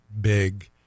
big